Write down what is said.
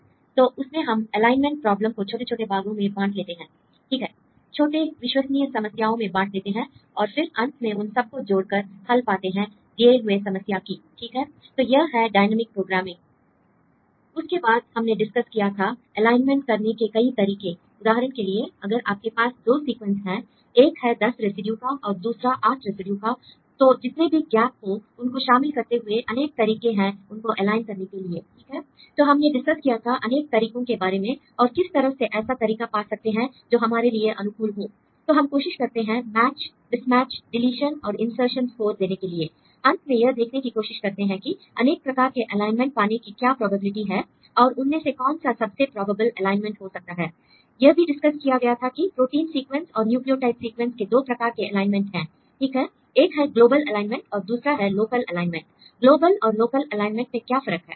student तो उसमें हम एलाइनमेंट प्रॉब्लम को छोटे छोटे भागों में बांट लेते हैं l ठीक है छोटे विश्वसनीय समस्याओं में बांट देते हैं और फिर अंत में उन सब को जोड़कर हल पाते हैं दिए हुए समस्या की ठीक है तो यह है डायनेमिक प्रोग्रामिंग l उसके बाद हमने डिस्कस किया था एलाइनमेंट करने के कई तरीके उदाहरण के लिए अगर हमारे पास दो सीक्वेंस हैं एक 10 रेसिड्यू का और दूसरा 8 रेसिड्यू का तो जितने भी गेैप हो उनको शामिल करते हुए अनेक तरीके हैं उनको एलाइन करने के लिए ठीक है l तो हमने डिस्कस किया था अनेक तरीकों के बारे में और किस तरह से ऐसा तरीका पा सकते हैं जो हमारे लिए अनुकूल हो l तो हम कोशिश करते हैं मैच मिसमैच डीलीशन और इन्सर्शन् स्कोर देने के लिए अंत में यह देखने की कोशिश करते हैं कि अनेक प्रकार के एलाइनमेंट पाने की क्या प्रोबेबिलिटी है और उनमें से कौन सा सबसे प्रोबेबल एलाइनमेंट हो सकता है l यह भी डिस्कस किया गया था कि प्रोटीन सीक्वेंस और न्यूक्लियोटाइड सीक्वेंस के दो प्रकार के एलाइनमेंट हैं ठीक है एक है ग्लोबल एलाइनमेंट और दूसरा है लोकल एलाइनमेंट ग्लोबल और लोकल एलाइनमेंट में क्या फर्क हैं